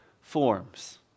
forms